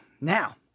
now